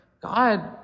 God